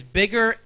bigger